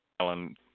Alan